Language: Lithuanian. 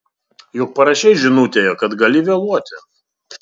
juk parašei žinutėje kad gali vėluoti